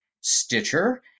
Stitcher